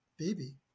baby